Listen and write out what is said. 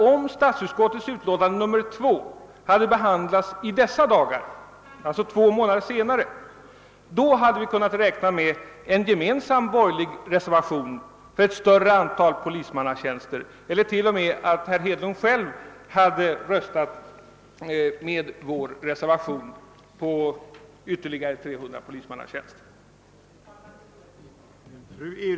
Om statsutskottets utlåtande nr 2 hade behandlats i dessa dagar, två månader efter det att det i verkligheten behandlades, hade vi kanske kunnat räkna med en gemensam borgerlig reservation för ett större antal polismannatjänster, och kanske hade herr Hedlund t.o.m. själv röstat för vår reservation om ytterligare 300 polismannatjänster.